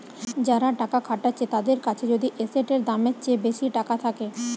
যারা টাকা খাটাচ্ছে তাদের কাছে যদি এসেটের দামের চেয়ে বেশি টাকা থাকে